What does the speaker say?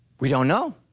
we don't know.